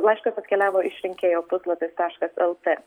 laiškas atkeliavo iš rinkėjo puslapis taškas lt